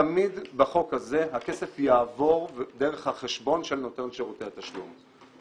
תמיד בחוק הזה הכסף יעבור דרך החשבון של נותן שירותי התשלום.